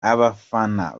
abafana